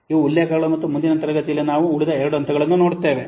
ಇವು ಉಲ್ಲೇಖಗಳು ಮತ್ತು ಮುಂದಿನ ತರಗತಿಯಲ್ಲಿ ನಾವು ಉಳಿದ ಎರಡು ಹಂತಗಳನ್ನು ನೋಡುತ್ತೇವೆ